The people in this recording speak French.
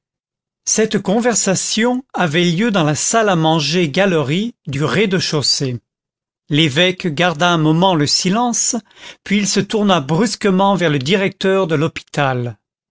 cette conversation avait lieu dans la salle à manger galerie du rez-de-chaussée l'évêque garda un moment le silence puis il se tourna brusquement vers le directeur de l'hôpital